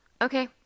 Okay